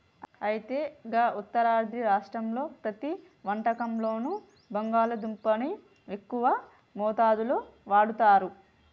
అయితే గా ఉత్తరాది రాష్ట్రాల్లో ప్రతి వంటకంలోనూ బంగాళాదుంపని ఎక్కువ మోతాదులో వాడుతారు